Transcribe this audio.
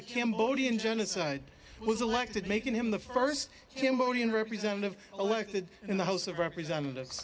the cambodian genocide was elected making him the first him body and representative elected in the house of representatives